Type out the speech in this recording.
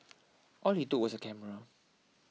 all he took was a camera